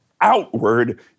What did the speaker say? outward